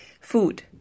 Food